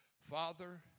Father